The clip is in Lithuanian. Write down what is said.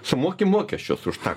sumoki mokesčius už tą